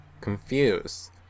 confused